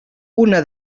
una